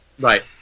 Right